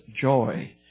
joy